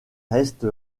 reste